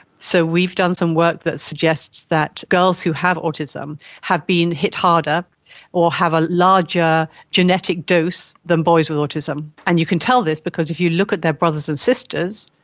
so we've done some work that suggest that girls who have autism have been hit harder or have a larger genetic dose than boys with autism, and you can tell this because if you look at their brothers and sisters,